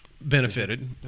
benefited